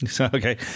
Okay